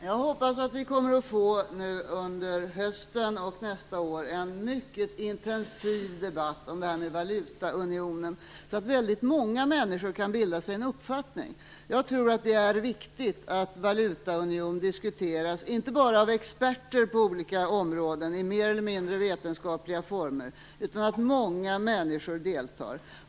Fru talman! Jag hoppas att vi får en mycket intensiv debatt om valutaunionen under hösten och nästa år, så att många människor kan bilda sig en uppfattning. Jag tror att det är viktigt att valutaunionen inte bara diskuteras av experter på olika områden i mer eller mindre vetenskapliga former. Det är också viktigt att många människor deltar.